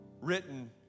written